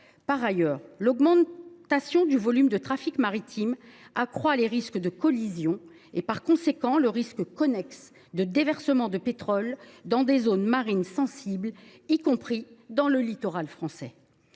Par ailleurs, l’augmentation du volume du trafic maritime accroît les risques de collisions et, par conséquent, le risque connexe de déversements de pétrole dans des zones marines sensibles, y compris sur le littoral français.